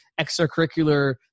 extracurricular